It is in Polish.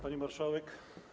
Pani Marszałek!